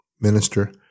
minister